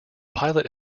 pilot